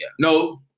No